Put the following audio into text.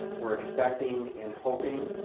we're expecting and hoping,